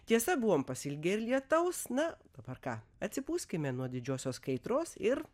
tiesa buvom pasiilgę ir lietaus na dabar ką atsipūskime nuo didžiosios kaitros ir